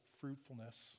fruitfulness